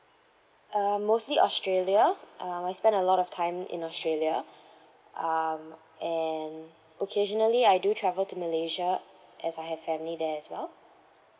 um mostly australia um I spend a lot of time in australia um and occasionally I do travel to malaysia as I have family there as well